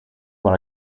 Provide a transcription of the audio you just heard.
but